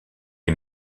est